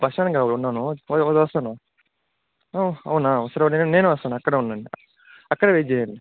bus stand కాడ ఉన్నాను వ వస్తాను అవునా సరే నేనే వస్తాను అక్కడే ఉండండి అక్కడే వెయిట్ చేయండి